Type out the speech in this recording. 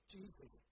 Jesus